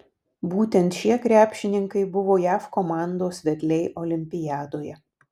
būtent šie krepšininkai buvo jav komandos vedliai olimpiadoje